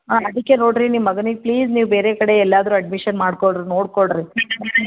ಹಾಂ ಅದಕ್ಕೆ ನೋಡಿರಿ ನಿಮ್ಮ ಮಗನಿಗೆ ಪ್ಲೀಸ್ ನೀವು ಬೇರೆ ಕಡೆ ಎಲ್ಲಾದರೂ ಅಡ್ಮಿಷನ್ ಮಾಡ್ಕೊಳ್ರಿ ನೋಡ್ಕೊಳ್ರಿ